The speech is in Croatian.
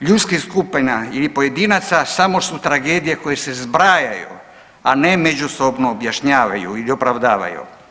ljudskih skupina i pojedinaca samo su tragedije koje se zbrajaju, a ne međusobno objašnjavaju i opravdavaju.